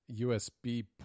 USB